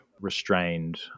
restrained